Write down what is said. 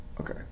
Okay